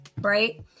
right